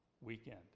Weekend